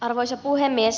arvoisa puhemies